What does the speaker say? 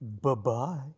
Bye-bye